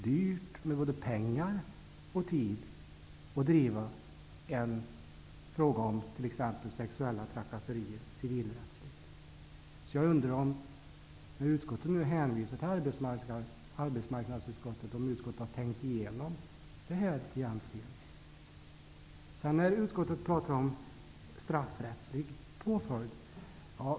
Det skulle kräva både pengar och tid att civilrättsligt driva en fråga om t.ex. sexuella trakasserier. När nu utskottet hänvisar till arbetsmarknadsutskottet undrar jag om man egentligen har tänkt igenom detta. Utskottet talar om straffrättslig påföljd.